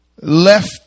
left